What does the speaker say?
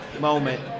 moment